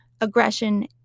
aggression